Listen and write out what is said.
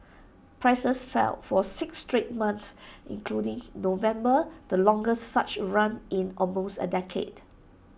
prices fell for six straight months including November the longest such run in almost A decade